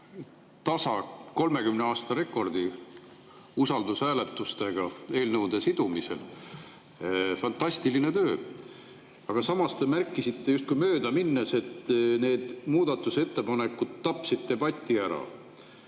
tasa 30 aasta rekordi eelnõude usaldushääletustega sidumisel. Fantastiline töö! Aga samas te märkisite justkui möödaminnes, et need muudatusettepanekud tapsid debati ära.